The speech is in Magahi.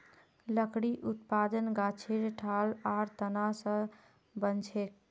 लकड़ी उत्पादन गाछेर ठाल आर तना स बनछेक